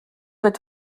wird